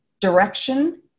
direction